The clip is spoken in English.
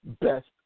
best